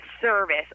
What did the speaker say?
service